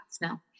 now